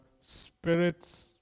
spirits